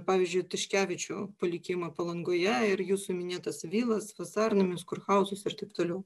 pavyzdžiui tiškevičių palikimą palangoje ir jūsų minėtas vilas vasarnamius kurhauzus ir taip toliau